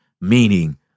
Meaning